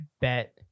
bet